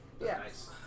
Yes